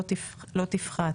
תפחת.